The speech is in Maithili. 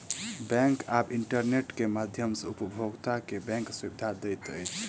बैंक आब इंटरनेट के माध्यम सॅ उपभोगता के बैंक सुविधा दैत अछि